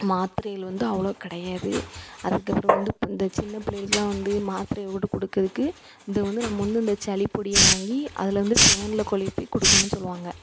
மாத்திரைகள் வந்து அவ்வளோ கிடையாது அதுக்குப்பிறகு வந்து இந்த சின்னப் பிள்ளைகளுக்கெலாம் வந்து மாத்திரையோட கொடுக்கறதுக்கு இந்த வந்து நம்ம வந்து இந்த சளிப்பொடியை வாங்கி அதில் வந்து தேனில் கொழப்பி கொடுக்கணும் சொல்லுவாங்கள்